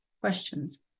questions